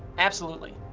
absolutely.